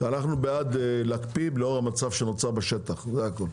אנחנו בעד להקפיא לאור המצב שנוצר בשטח, זה הכל.